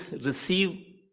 receive